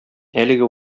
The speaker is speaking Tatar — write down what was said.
әлеге